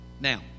Now